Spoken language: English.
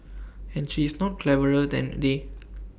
and she is not cleverer than they